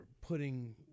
putting